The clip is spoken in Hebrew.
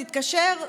תתקשר,